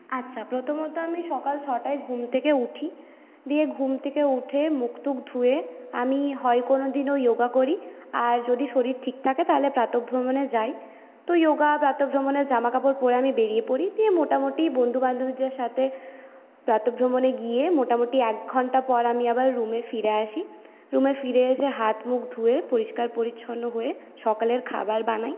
আচ্ছা প্রথমত আমি সকাল ছটায় ঘুম থেকে উঠি দিয়ে ঘুম থেকে উঠে মুখ টুখ ধুয়ে আমি হয় কোনোদিনও যোগা করি আর যদি শরীর ঠিক থাকে তাহলে প্রাতর্ভ্রমণে যাই তো যোগা প্রাতর্ভ্রমণের জামাকাপড় পরে আমি বেরিয়ে পড়ি দিয়ে মোটামুটি বন্ধুবান্ধবীদের সাথে প্রাতর্ভ্রমণে গিয়ে মোটামুটি একঘণ্টা পর আমি আবার রুমে ফিরে আসি রুমে ফিরে এসে হাতমুখ ধুয়ে পরিষ্কার পরিচ্ছন্ন হয়ে সকালের খাবার বানাই